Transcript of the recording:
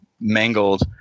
mangled